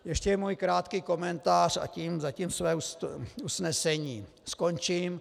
Ještě můj krátký komentář a tím zatím své usnesení skončím.